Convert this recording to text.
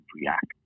react